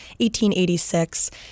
1886